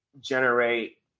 generate